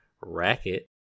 racket